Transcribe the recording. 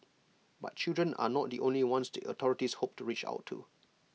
but children are not the only ones the authorities hope to reach out to